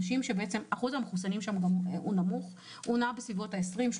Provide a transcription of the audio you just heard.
אחוז המחוסנים שם נמוך, הוא נע בסביבות 30%-20%,